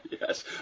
Yes